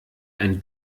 ein